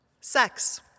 Sex